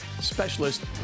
Specialist